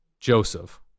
Joseph